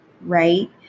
right